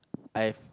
I've